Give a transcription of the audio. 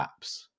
apps